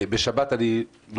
בשבת לא